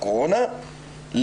הקורונה למשל,